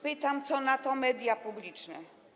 Pytam: Co na to media publiczne?